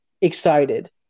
excited